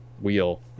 wheel